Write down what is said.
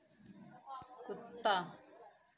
कुत्ता